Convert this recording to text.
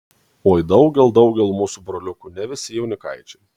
oi daugel daugel mūsų broliukų ne visi jaunikaičiai